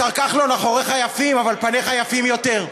השר כחלון, אחוריך יפים, אבל פניך יפים יותר.